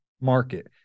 market